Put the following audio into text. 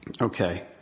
Okay